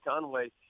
Conway